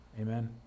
Amen